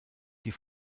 die